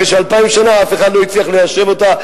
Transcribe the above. אחרי שאלפיים שנה אף אחד לא הצליח ליישב אותה,